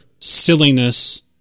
silliness